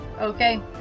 Okay